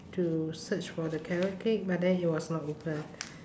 to search for the carrot cake but then it was not open